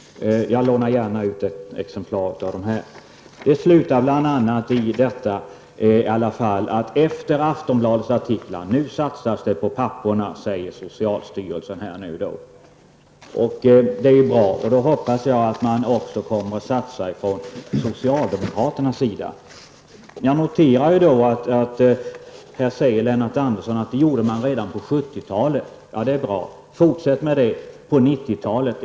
Jag lånar gärna ut ett exemplar av dessa tidningar. Efter Aftonbladets artiklar kan man läsa: ''Nu satsas det på papporna, säger socialstyrelsen.'' Det är bra, och jag hoppas att även socialdemokraterna då kommer att satsa på papporna. Lennart Andersson säger att det gjordes av socialdemokraterna redan på 70-talet. Det är också bra -- fortsätt med det även på 90-talet.